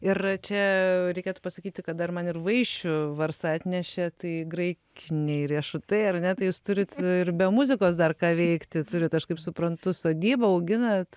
ir čia reikėtų pasakyti kad dar man ir vaišių varsa atnešė tai graikiniai riešutai ar ne tai jūs turit ir be muzikos dar ką veikti turit aš kaip suprantu sodybą auginat